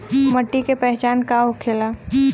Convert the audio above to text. मिट्टी के पहचान का होखे ला?